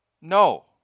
No